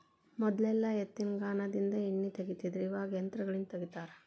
ಮೊದಲೆಲ್ಲಾ ಎತ್ತಿನಗಾನದಿಂದ ಎಣ್ಣಿ ತಗಿತಿದ್ರು ಇವಾಗ ಯಂತ್ರಗಳಿಂದ ತಗಿತಾರ